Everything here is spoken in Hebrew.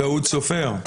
טעות סופר?